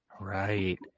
Right